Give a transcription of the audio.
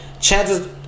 Chances